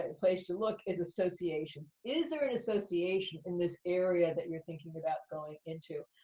ah place to look is associations. is there an association in this area that you're thinking about going into?